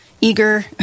eager